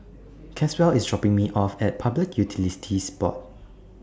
Caswell IS dropping Me off At Public Utilities Board